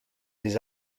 des